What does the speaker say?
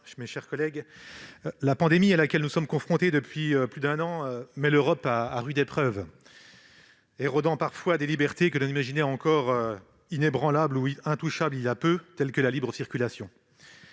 mes chers collègues, la pandémie à laquelle nous sommes confrontés depuis plus d'un an met l'Europe à rude épreuve, érodant parfois des libertés que l'on imaginait il y a peu de temps encore inébranlables ou intouchables, comme la libre circulation.